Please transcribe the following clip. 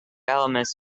elements